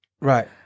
Right